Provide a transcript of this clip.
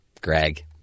Greg